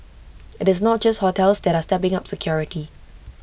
IT is not just hotels that are stepping up security